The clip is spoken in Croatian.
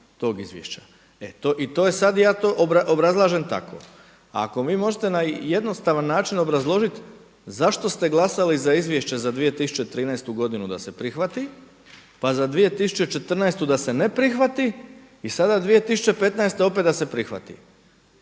To je sad i ja to obrazlažem tako. Ako vi možete na jednostavan način obrazložit zašto se glasali za Izvješće za 2013. godinu da se prihvati, pa za 2014. da se ne prihvati i sada 2015. opet da se prihvati.